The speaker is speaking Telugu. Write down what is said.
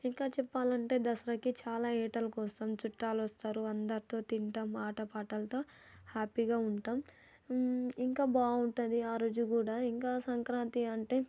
ఇంకా చెప్పాలంటే దసరాకి చాలా వేటలు కోస్తాం చుట్టాలు వస్తారు అందరితో తింటాం ఆటపాటలతో హ్యాపీగా ఉంటాం ఇంకా బాగుంటుంది ఆ రోజు కూడా ఇంకా సంక్రాంతి అంటే